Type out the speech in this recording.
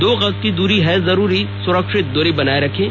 दो गज की दूरी है जरूरी सुरक्षित दूरी बनाए रखें